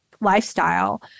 lifestyle